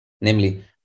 Namely